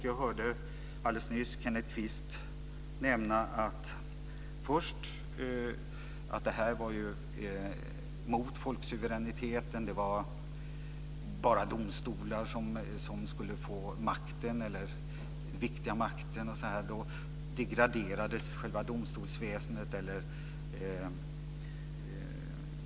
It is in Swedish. Jag hörde nyss Kenneth Kvist nämna att det var emot folksuveräniteten. Det vara bara domstolar som skulle få den viktiga makten. Domstolsväsendet, den dömande makten, skulle degraderas.